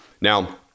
Now